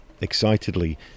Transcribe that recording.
excitedly